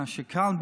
כאשר כאן,